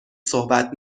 صحبت